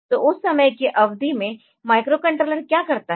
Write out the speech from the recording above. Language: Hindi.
तो उस समय की अवधि में माइक्रोकंट्रोलर क्या करता है